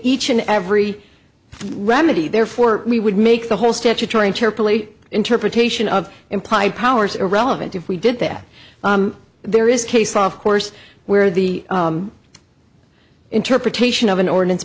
each and every remedy therefore we would make the whole statutory chair paly interpretation of implied powers irrelevant if we did that there is a case off course where the interpretation of an ordinance